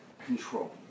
control